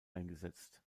eingesetzt